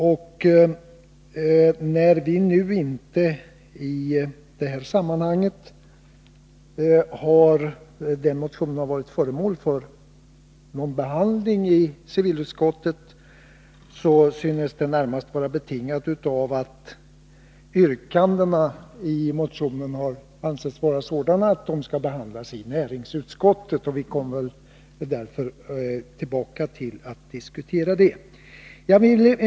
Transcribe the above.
Att denna motion i detta sammanhang inte har varit föremål för någon behandling i civilutskottet synes närmast vara betingat av att yrkandena i motionen har ansetts vara sådana att de skall behandlas i näringsutskottet. Vi kommer därför senare att diskutera dem.